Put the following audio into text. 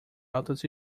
altas